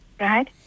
Right